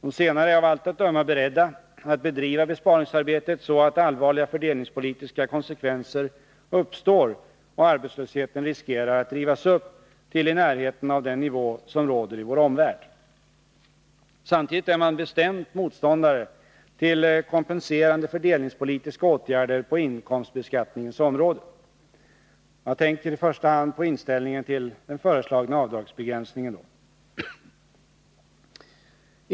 De senare är av allt att döma beredda att bedriva besparingsarbetet så, att allvarliga fördelningspolitiska konsekvenser uppstår och arbetslösheten riskerar att drivas upp till närheten av den nivå som råder i vår omvärld. Samtidigt är man bestämt motståndare till kompenserande fördelningspolitiska åtgärder på inkomstbeskattningens område. Jag tänker i första hand på inställningen till den föreslagna avdragsbegränsningen.